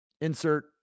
Insert